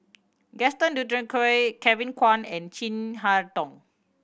Gaston Dutronquoy Kevin Kwan and Chin Harn Tong